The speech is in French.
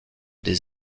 des